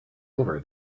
over